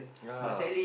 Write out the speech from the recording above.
ya